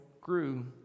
grew